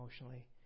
emotionally